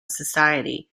society